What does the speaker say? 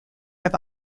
have